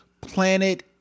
Planet